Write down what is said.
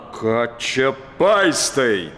ką čia paistai